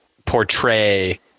portray